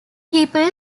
people